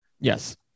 Yes